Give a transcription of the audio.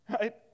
Right